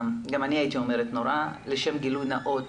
גם אני הייתי אומרת נורא, לשם גילוי נאות